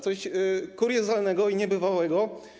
Coś kuriozalnego i niebywałego.